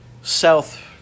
South